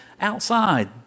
outside